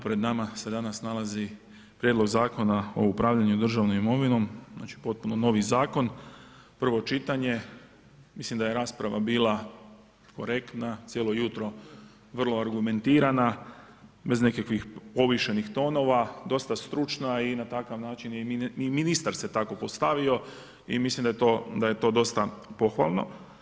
Pred nama se danas nalazi prijedlog Zakona o upravljanjem državnom imovinom, znači potpuno novi zakon, prvo čitanje, mislim da je rasprava bila korektna, cijelo jutro, vrlo argumentirana, bez nekakvih povišenih tonova, dosta stručna i na takav način ni ministar se tako postavio i mislim da je to dosta pohvalno.